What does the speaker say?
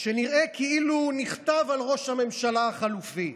שנראה כאילו הוא נכתב על ראש הממשלה החלופי.